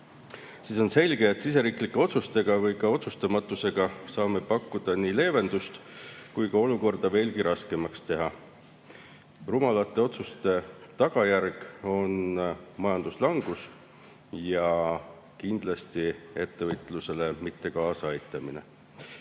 on selge, et siseriiklike otsustega või ka otsustamatusega saame nii pakkuda leevendust kui ka olukorda veelgi raskemaks teha. Rumalate otsuste tagajärg on majanduslangus ja kindlasti ettevõtlusele mitte kaasa aitamine.